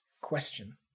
question